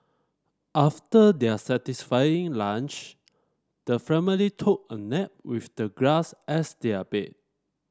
after their satisfying lunch the family took a nap with the grass as their bed